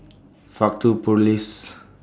Faktu Police